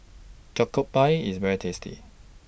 Jokbal IS very tasty